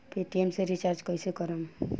Paytm से recharge कईसे करम?